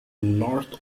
north